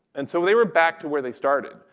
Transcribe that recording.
and so they were back to where they started,